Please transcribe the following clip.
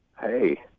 Hey